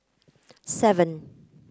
seven